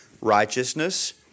righteousness